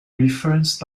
referenced